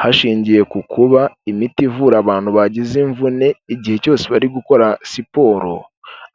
Hashingiwe ku kuba imiti ivura abantu bagize imvune igihe cyose bari gukora siporo,